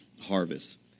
harvest